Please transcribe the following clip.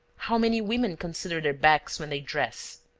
how many women consider their backs when they dress?